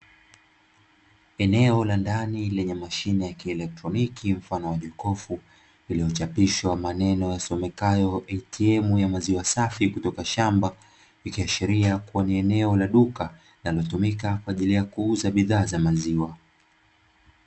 Eneo la ndani lenye mashine ya kielektroniki mfano wa jokofu, lililochapishwa maneno yasomekayo "ATM" ya maziwa safi kutoka shamba, ikiashiria kuwa ni eneo la duka linalotumika kwa ajili ya kuuza bidhaa za maziwa.